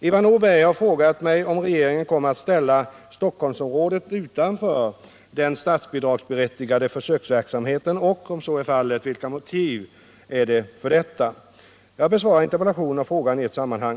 Ivar Nordberg har frågat mig om regeringen kommer att ställa Storstockholmsområdet utanför den statsbidragsberättigade försöksverksamheten och, om så är fallet, vilka motiven är för detta. Jag besvarar interpellationen och frågan i ett sammanhang.